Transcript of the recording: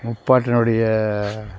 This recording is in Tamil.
முப்பாட்டனுடைய